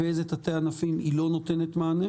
ואיזה תתי ענפים היא לא נותנת מענה?